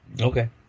Okay